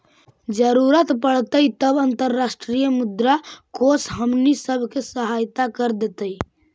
जरूरत पड़तई तब अंतर्राष्ट्रीय मुद्रा कोश हमनी सब के सहायता कर देतई